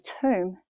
tomb